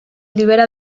libera